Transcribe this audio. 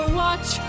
watch